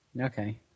Okay